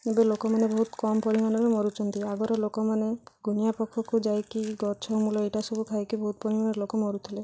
ଏବେ ଲୋକମାନେ ବହୁତ କମ୍ ପରିମାଣରେ ମରୁଛନ୍ତି ଆଗର ଲୋକମାନେ ଗୁଣିଆ ପାଖକୁ ଯାଇକି ଗଛ ମୂଳ ଏଇଟା ସବୁ ଖାଇକି ବହୁତ ପରିମାଣରେ ଲୋକ ମରୁଥିଲେ